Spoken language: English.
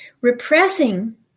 repressing